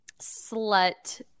slut